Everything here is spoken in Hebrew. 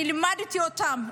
אני לימדתי אותן,